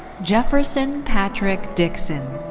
jefferson patrick dixon.